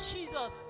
Jesus